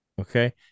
okay